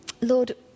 Lord